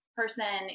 person